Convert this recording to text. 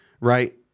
right